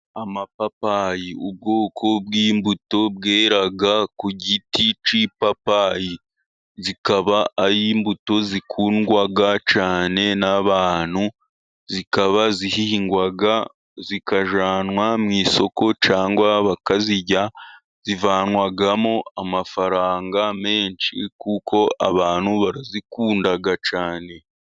Amapapayi ubwoko bw'imbuto bwera ku giti cy'ipapayi, zikaba ari imbuto zikundwa cyane n'abantu zikaba zihingwa zikajyanwa mw' isoko cyangwa bakazirya, zivanwamo amafaranga menshi kuko abantu barazikunda cyane.